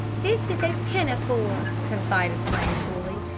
this is a pinafore, confided flame coolly.